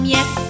Yes